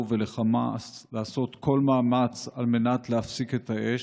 ולחמאס לעשות כל מאמץ על מנת להפסיק את האש,